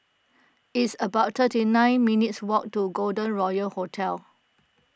it's about thirty nine minutes' walk to Golden Royal Hotel